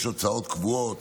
יש הוצאות קבועות,